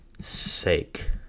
sake